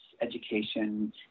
education